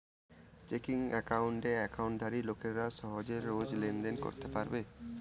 checking একাউণ্টে একাউন্টধারী লোকেরা সহজে রোজ লেনদেন করতে পারবে